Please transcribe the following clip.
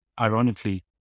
ironically